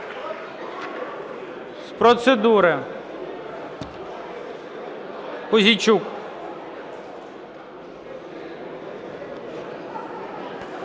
З процедури - Пузійчук.